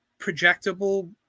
projectable